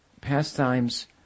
pastimes